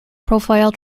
profile